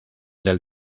del